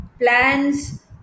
plans